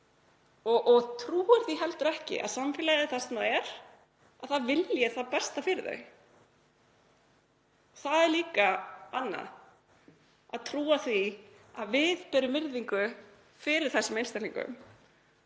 og trúir því heldur ekki að samfélagið þar sem það er vilji það besta fyrir það. Það er líka annað að trúa því að við berum virðingu fyrir þessum einstaklingum.